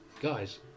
Guys